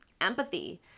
Empathy